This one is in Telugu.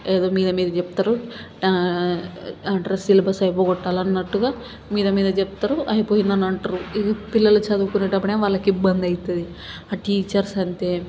ఏదో మీద మీదకి చెప్తారు అడ్డ్రస్ సిలబస్ అయిపోగొట్టాలన్నట్టుగా మీద మీద చెప్తారు అయిపోయిందని అంటరు పిల్లలు చదువుకునేటప్పుడు ఏమో వాళ్ళకి ఇబ్బంది అవుతుంది టీచర్స్ అంతే